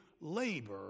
labor